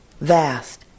vast